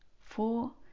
four